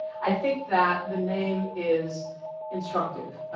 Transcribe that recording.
i think that the name is instructive.